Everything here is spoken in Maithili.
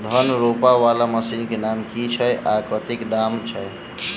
धान रोपा वला मशीन केँ नाम की छैय आ कतेक दाम छैय?